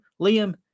Liam